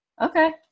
okay